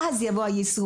אז יבוא היישום.